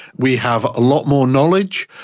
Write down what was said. we have a lot more knowledge,